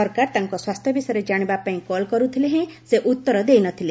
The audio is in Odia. ସରକାର ତାଙ୍କ ସ୍ୱାସ୍ଥ୍ୟ ବିଷୟରେ ଜାଣିବା ପାଇଁ କଲ କର୍ଥିଲେ ହେଁ ସେ ଉତର ଦେଇ ନଥିଲେ